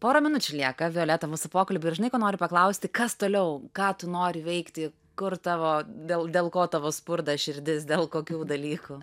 pora minučių lieka violeta mūsų pokalbiui ir žinai ko noriu paklausti kas toliau ką tu nori veikti kur tavo dėl dėl ko tavo spurda širdis dėl kokių dalykų